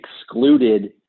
excluded